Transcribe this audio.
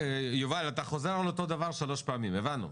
יובל, אתה חוזר על אותו דבר שלוש פעמים, הבנו.